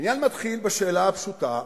העניין מתחיל בשאלה הפשוטה,